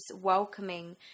welcoming